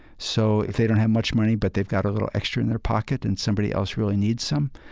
so if they don't have much money but they've got a little extra in their pocket and somebody else really needs some,